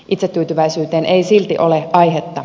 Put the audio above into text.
itsetyytyväisyyteen ei silti ole aihetta